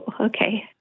Okay